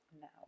now